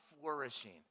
flourishing